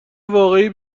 واقعی